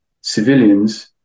Civilians